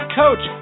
coach